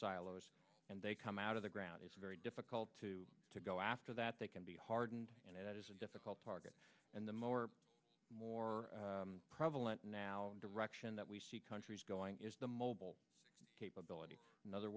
silos and they come out of the ground it's very difficult to to go after that they can be hardened and it is a difficult target and the more more prevalent now direction that we see countries going is the mobile capability in other